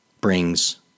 brings